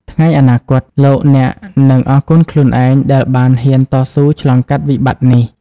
ថ្ងៃអនាគត លោកអ្នកនឹងអរគុណខ្លួនឯងដែលបានហ៊ានតស៊ូឆ្លងកាត់វិបត្តិនេះ។